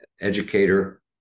educator